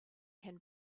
can